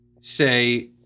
say